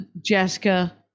Jessica